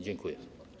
Dziękuję.